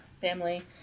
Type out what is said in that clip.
family